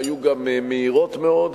שהיו גם מהירות מאוד,